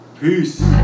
Peace